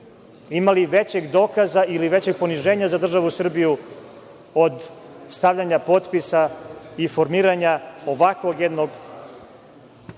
li većeg dokaza ili većeg poniženja za državu Srbiju od stavljanja potpisa i formiranja ovakvog jednog